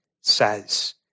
says